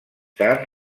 tard